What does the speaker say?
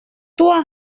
toi